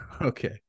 Okay